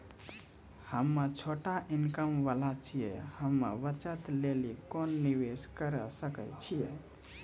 हम्मय छोटा इनकम वाला छियै, हम्मय बचत लेली कोंन निवेश करें सकय छियै?